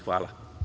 Hvala.